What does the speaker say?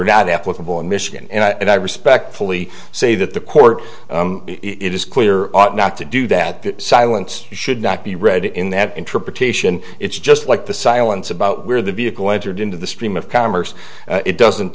not applicable in michigan and i respectfully say that the court it is clear ought not to do that the silence should not be read in that interpretation it's just like the silence about where the vehicle entered into the stream of commerce it doesn't